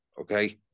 okay